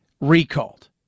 recalled